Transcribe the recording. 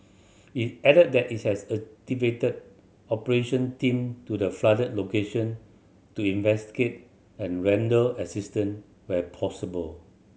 it added that it has activated operation team to the flooded location to investigate and render assistant where possible